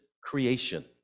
creation